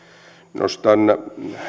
nostan